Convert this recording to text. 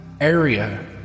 area